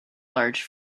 large